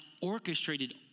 orchestrated